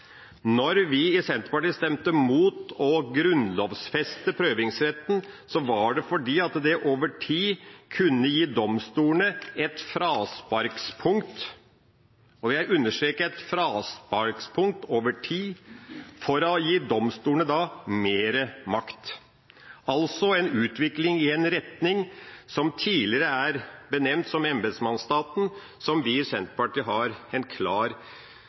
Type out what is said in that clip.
Når vi i Senterpartiet stemte imot å grunnlovfeste prøvingsretten, var det fordi det over tid kunne gi domstolene et frasparkspunkt over tid, for da å gi domstolene mer makt – altså en utvikling i en retning som tidligere er benevnt som embetsmannsstaten, som vi i Senterpartiet har en klar